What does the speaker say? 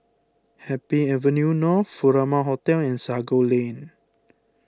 Happy Avenue North Furama Hotel and Sago Lane